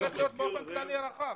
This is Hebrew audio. זה צריך להיות באופן כללי רחב.